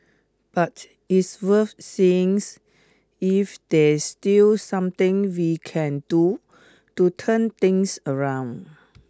but it's worth seeing if there's still something we can do to turn things around